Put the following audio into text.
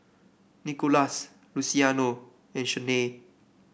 Nickolas Luciano and Shanae